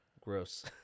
gross